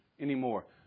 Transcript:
anymore